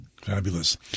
Fabulous